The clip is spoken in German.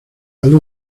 alle